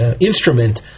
instrument